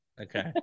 Okay